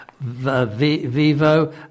Vivo